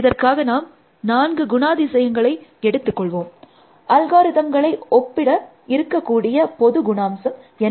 இதற்காக நாம் நான்கு குணாதிசயங்களை எடுத்து கொள்வோம் அல்காரிதம்களை ஒப்பிட இருக்கக்கூடிய பொது குணாம்சம் என்ன